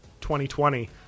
2020